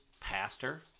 pastor